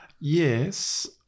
Yes